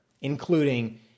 including